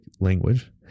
language